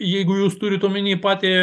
jeigu jūs turit omeny patį